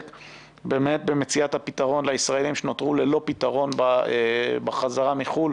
באמת במציאת הפתרון לישראלים שנותרו ללא פתרון בחזרה מחו"ל.